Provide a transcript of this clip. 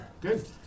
Good